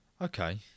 Okay